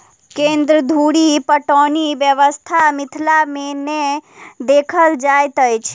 केन्द्र धुरि पटौनी व्यवस्था मिथिला मे नै देखल जाइत अछि